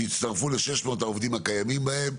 שיצטרפו ל-600 העובדים הקיימים בהם.